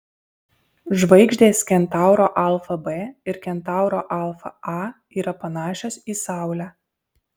žvaigždės kentauro alfa b ir kentauro alfa a yra panašios į saulę